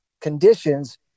conditions